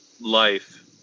life